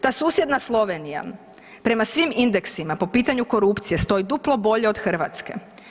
Ta susjedna Slovenija prema svim indeksima po pitanju korupcije stoji duplo bolje od Hrvatske.